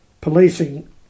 policing